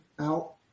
out